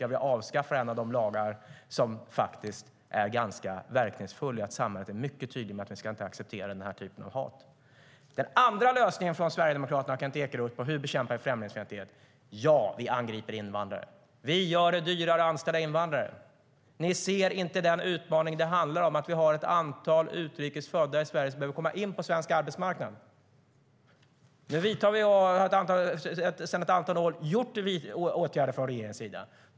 Jo, vi avskaffar en lag som faktiskt är ganska verkningsfull i och med att samhället är mycket tydligt med att vi inte ska acceptera den här typen av hat. Den andra lösningen från Sverigedemokraterna och Kent Ekeroth på hur vi bekämpar främlingsfientlighet är att vi angriper invandrare genom att göra det dyrare att anställa invandrare. Ni ser inte den utmaning som det är att vi har ett antal utrikes födda i Sverige som behöver komma in på svensk arbetsmarknad. Nu har vi sedan att antal år vidtagit åtgärder från regeringens sida.